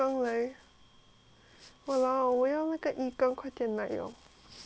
!walao! 我要那个鱼缸快点来